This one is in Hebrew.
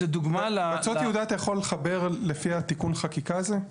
מצות יהודה אתה יכול לחבר לפי התיקון חקיקה הזה?